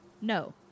No